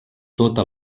tota